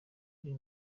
uri